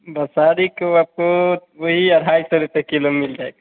बसारी को आपको वही अढाई सौ रुपए किलो मिल जाएगा